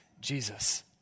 Jesus